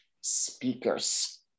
speakers